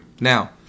Now